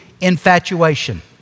infatuation